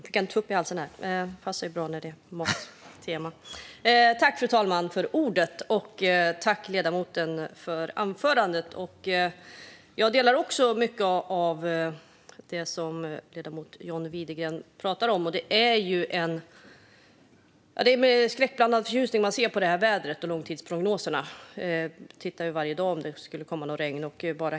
Fru talman! Jag tackar ledamoten för anförandet. Också jag instämmer i mycket av det John Widegren pratar om. Det är ju med skräckblandad förtjusning vi ser på vädret just nu och på långtidsprognoserna - jag tittar efter varje dag om det ska komma något regn.